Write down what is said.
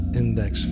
index